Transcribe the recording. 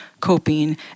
coping